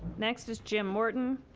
next is jim morton,